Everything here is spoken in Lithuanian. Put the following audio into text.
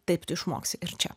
taip tu išmoksi ir čia